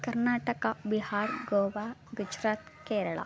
Karnataka Bihar Goa Gujarat Kerala